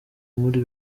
muri